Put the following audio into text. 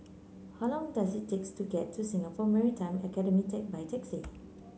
how long does it take to get to Singapore Maritime Academy by taxi